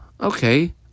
Okay